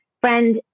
friend